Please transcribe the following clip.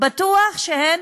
בטוח שהם